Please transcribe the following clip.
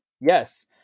yes